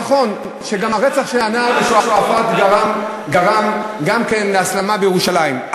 נכון שגם הרצח של הנער בשועפאט גרם להסלמה בירושלים,